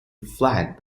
flat